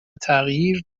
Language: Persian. تغییر